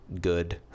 good